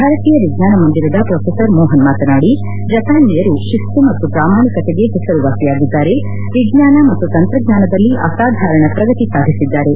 ಭಾರತೀಯ ವಿಜ್ವಾನ ಮಂದಿರದ ಪ್ರೊಫೆಸರ್ ಮೋಹನ್ ಮಾತನಾಡಿ ಜಪಾನಿಯರು ತಿಸ್ತು ಮತ್ತು ಪ್ರಾಮಾಣಿಕತೆಗೆ ಹೆಸರುವಾಸಿಯಾಗಿದ್ದಾರೆ ವಿಜ್ಞಾನ ಮತ್ತು ತಂತ್ರಜ್ಞಾನದಲಿ ಅಸಾಧಾರಣ ಪ್ರಗತಿ ಸಾಧಿಸಿದ್ದಾರೆ